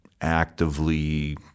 actively